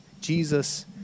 Jesus